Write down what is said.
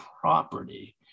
property